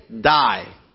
die